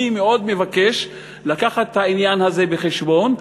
אני מאוד מבקש להביא את העניין הזה בחשבון,